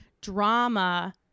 drama